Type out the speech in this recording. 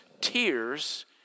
tears